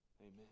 Amen